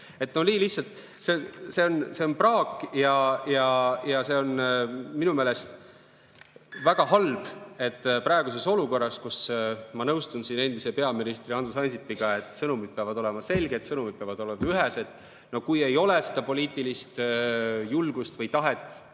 [ei tohi]. See on praak ja see on minu meelest väga halb, eriti praeguses olukorras, kus ma nõustun endise peaministri Andrus Ansipiga, et sõnumid peavad olema selged, sõnumid peavad olema ühesed. No kui ei ole poliitilist julgust või tahet